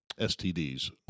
STDs